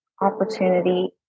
opportunity